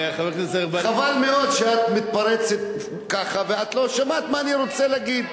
חבל מאוד שאת מתפרצת ככה ואת לא שמעת מה אני רוצה להגיד.